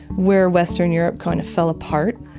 where western europe kind of fell apart.